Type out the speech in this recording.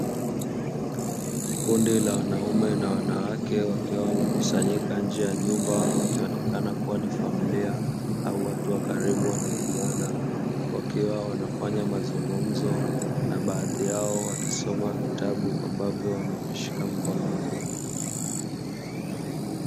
Kundi la wanaume na wanawake wakiwa wamekusanyika nje ya nyumba wakionekana kuwa ni familia au watu wa karibu wanaojuana, wakiwa wanafanya mazungumzo na baadhi yao wakisoma vitabu ambavyo wamevishika mkononi.